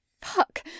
Fuck